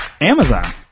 Amazon